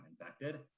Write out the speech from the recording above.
infected